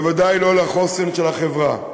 בוודאי לא לחוסן של החברה,